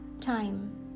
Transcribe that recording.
Time